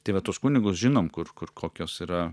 tai va tuos kunigus žinom kur kur kokios yra